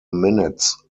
minutes